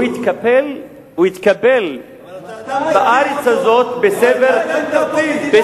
הוא התקבל בארץ הזאת בסבר,